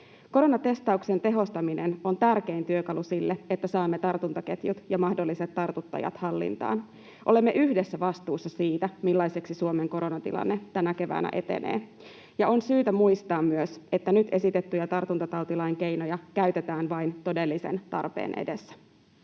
Koronatestauksen tehostaminen on tärkein työkalu sille, että saamme tartuntaketjut ja mahdolliset tartuttajat hallintaan. Olemme yhdessä vastuussa siitä, millaiseksi Suomen koronatilanne tänä keväänä etenee. Ja on syytä muistaa myös, että nyt esitettyjä tartuntatautilain keinoja käytetään vain todellisen tarpeen edessä.